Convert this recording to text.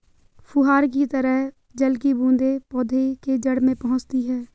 फुहार की तरह जल की बूंदें पौधे के जड़ में पहुंचती है